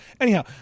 anyhow